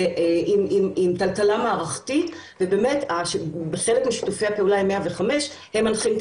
עם טלטלה מערכתית ובאמת שיתופי הפעולה עם 105 הם מנחים את